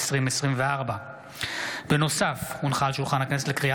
1 ביולי 2024. הודעה למזכיר הכנסת, בבקשה.